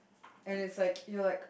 and it's like you're like